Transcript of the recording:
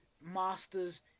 masters